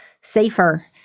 safer